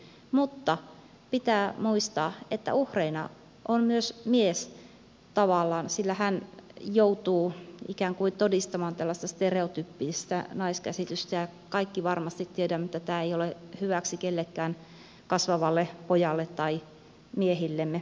mutta pitää muistaa että tavallaan uhrina on myös mies sillä hän joutuu ikään kuin todistamaan tällaista stereotyyppistä naiskäsitystä ja kaikki varmasti tiedämme että tämä ei ole hyväksi kenellekään kasvavalle pojalle tai miehillemme